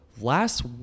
Last